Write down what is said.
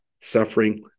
suffering